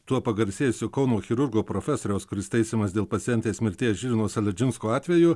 tuo pagarsėjusiu kauno chirurgo profesoriaus kuris teisiamas dėl pacientės mirties žilvino saladžinsko atveju